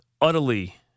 utterly